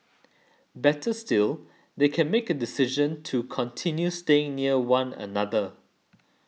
better still they can make a decision to continue staying near one another